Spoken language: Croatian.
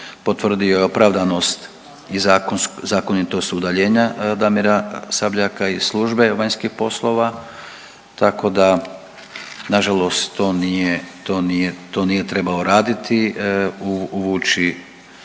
Potvrdio je opravdanost i zakonitost udaljenja Damira Sabljaka iz službe vanjskih poslova, tako da nažalost to nije, to nije trebao raditi, uvući